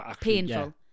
painful